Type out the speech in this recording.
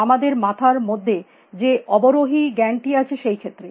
আমাদের মাথার মধ্যে যে অবরোহী জ্ঞানটি আছে সেই ক্ষেত্রে